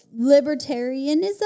libertarianism